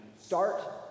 start